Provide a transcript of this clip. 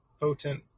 potent